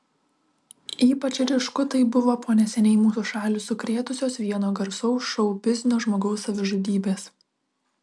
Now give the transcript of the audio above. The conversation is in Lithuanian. ypač ryšku tai buvo po neseniai mūsų šalį sukrėtusios vieno garsaus šou biznio žmogaus savižudybės